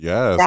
Yes